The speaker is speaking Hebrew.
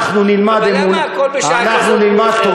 אבל אנחנו צריכים אתכם, גפני.